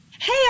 Hey